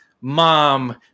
mom